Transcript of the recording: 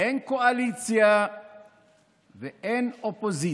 אין קואליציה ואין אופוזיציה".